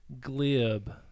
glib